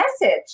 message